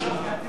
בסדר.